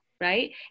right